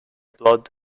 blood